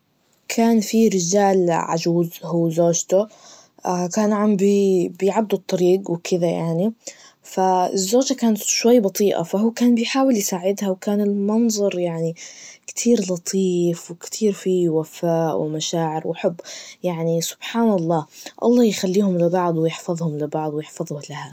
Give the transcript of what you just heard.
كان في رجال عجوز هو وزوجته, كان عمبيعدو الطريج وكدا يعني, فالزوجة كانت شوي بطيئة, فهو كان بيحااول يساعدها وكان المنظر يعني كتير لطيف, وكتير فيه وفاء ومشاعر وحب, يعني سبحان الله, الله يخليهم لبعض, ويحفظهم لبعض, ويحفظ مثل هذا.